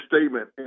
statement